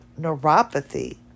neuropathy